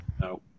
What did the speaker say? No